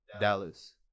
Dallas